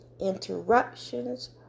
interruptions